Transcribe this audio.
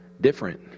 different